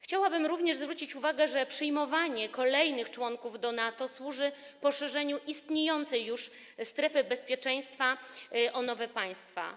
Chciałabym również zwrócić uwagę, że przyjmowanie kolejnych członków do NATO służy poszerzeniu istniejącej już strefy bezpieczeństwa o nowe państwa.